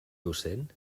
docent